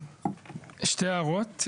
שתי הערות.